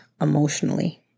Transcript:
emotionally